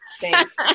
Thanks